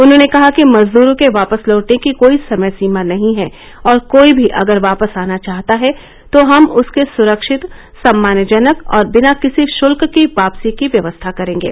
उन्होंने कहा कि मजद्रों के वापस लौटने की कोई समय सीमा नहीं है और कोई भी अगर वापस आना चाहता है तो हम उसके सुरक्षित सम्मानजनक और बिना किसी शुल्क की वापसी की व्यवस्था करेंगे